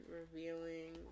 revealing